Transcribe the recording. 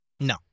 No